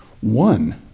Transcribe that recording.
One